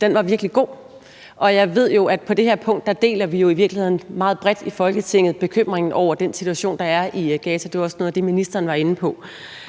den var virkelig god. Og jeg ved jo, at på det her punkt deler vi i virkeligheden meget bredt i Folketinget bekymringen over den situation, der er i Gaza. Det var også noget af det, ministeren var inde på.